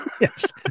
Yes